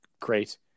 great